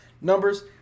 numbers